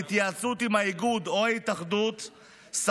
ובהתייעצות עם האיגוד או ההתאחדות היא מקנה